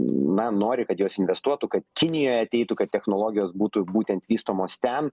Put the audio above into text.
na nori kad jos investuotų kad kinijoj ateitų kad technologijos būtų būtent vystomos ten